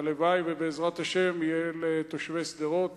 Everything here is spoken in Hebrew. הלוואי שבעזרת השם יהיו לתושבי שדרות,